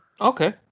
Okay